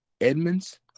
Edmonds